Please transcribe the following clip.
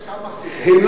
הם לא ערבים.